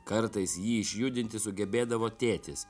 kartais jį išjudinti sugebėdavo tėtis